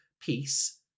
peace